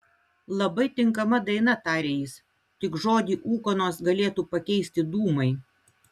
labai tinkama daina tarė jis tik žodį ūkanos galėtų pakeisti dūmai